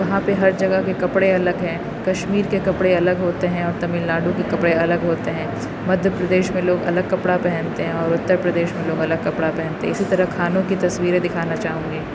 یہاں پہ ہر جگہ کے کپڑے الگ ہیں کشمیر کے کپڑے الگ ہوتے ہیں اور تامل ناڈو کے کپڑے الگ ہوتے ہیں مدھیہ پردیش میں لوگ الگ کپڑا پہنتے ہیں اور اتر پردیش میں لوگ الگ کپڑا پہنتے ہیں اسی طرح کھانوں کی تصویریں دکھانا چاہوں گی